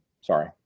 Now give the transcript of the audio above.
Sorry